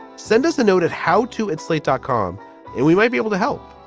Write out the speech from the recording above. send us a notice how to add slate dot com and we might be able to help.